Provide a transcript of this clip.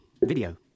Video